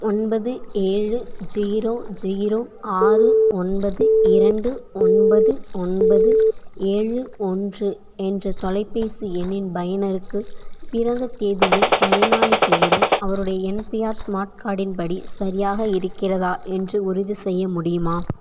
ஒன்பது ஏழு zero zero ஆறு ஒன்பது இரண்டு ஒன்பது ஒன்பது ஏழு ஒன்று என்ற தொலைபேசி எண்ணின் பயனருக்கு பிறந்த தேதியும் பயனாளிப் பெயரும் அவருடைய என்பிஆர் ஸ்மார்ட் கார்டின் படி சரியாக இருக்கிறதா என்று உறுதிசெய்ய முடியுமா